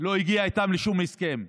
לא הגיע איתם לשום הסכם,